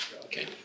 Okay